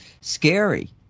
scary